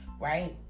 right